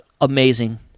Amazing